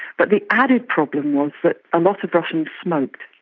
but the added problem was that a lot of russians smoked,